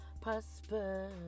prosper